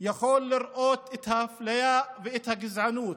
יכול לראות את האפליה ואת הגזענות.